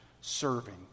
serving